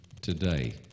today